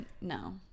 No